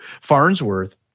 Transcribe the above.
Farnsworth